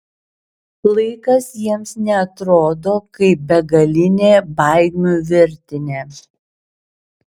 laikas jiems neatrodo kaip begalinė baigmių virtinė